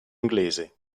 inglese